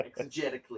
exegetically